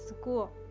School